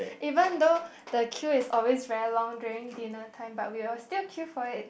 even though the queue is always very long during dinner time but we're still queue for it